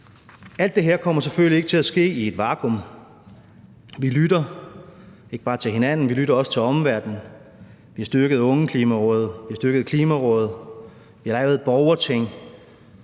Alt det her kommer selvfølgelig ikke til at ske i et vakuum. Vi lytter – ikke bare til hinanden, men også til omverdenen. Vi har styrket Ungeklimarådet. Vi har styrket Klimarådet. Vi har lavet et Borgerting.